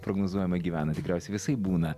prognozuojama gyvena tikriausiai visaip būna